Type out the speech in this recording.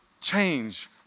change